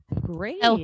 Great